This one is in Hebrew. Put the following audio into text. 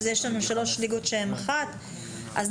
אז יש לנו שלוש ליגות שהן אחת,